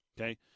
Okay